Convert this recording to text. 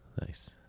Nice